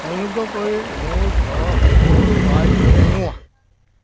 অনুগ্ৰহ কৰি মোৰ ঘৰৰ সকলো লাইট নুমুওৱা